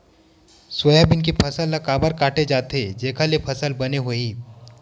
Soybean के फसल ल काबर काटे जाथे जेखर ले फसल बने होही?